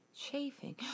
Chafing